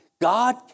God